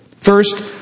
First